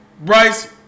Bryce